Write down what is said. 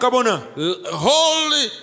Holy